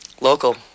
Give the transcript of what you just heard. Local